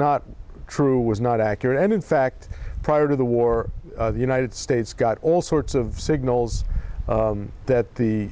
not true was not accurate and in fact prior to the war the united states got all sorts of signals that the